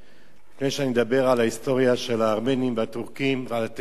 לפני שאני מדבר על ההיסטוריה של הארמנים והטורקים ועל הטבח הנורא,